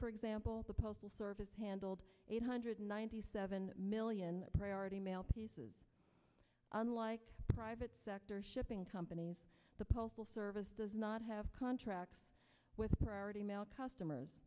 for example the postal service handled eight hundred ninety seven million priority mail pieces unlike private sector shipping companies the postal service does not have contracts with priority mail customers